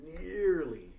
nearly